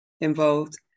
Involved